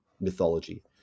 mythology